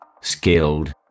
skilled